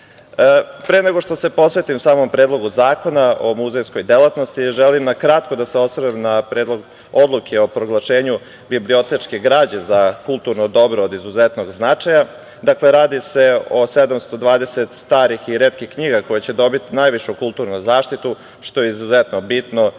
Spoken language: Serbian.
nego što se posvetim samom Predlogu zakona o muzejskoj delatnosti, želim na kratko da se osvrnem na Predlog odluke o proglašenju bibliotečke građe za kulturno dobro od izuzetnog značaja. Dakle, radi se o 720 starih i retkih knjiga koje će dobiti najvišu kulturnu zaštitu, što je izuzetno bitno,